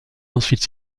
ensuite